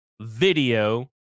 video